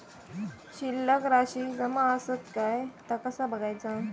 शिल्लक राशी जमा आसत काय ता कसा बगायचा?